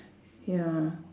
ya